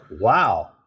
wow